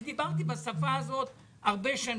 אני דיברתי בשפה הזאת הרבה שנים.